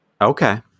Okay